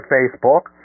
Facebook